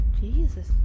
Jesus